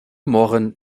murren